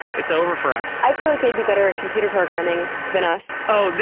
it's over for us. i feel like they'd be better at computer programming than us. oh,